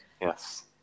Yes